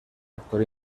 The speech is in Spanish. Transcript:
actor